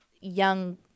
young